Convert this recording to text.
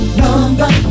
number